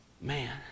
Man